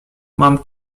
mam